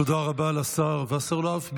תודה רבה לשר וסרלאוף.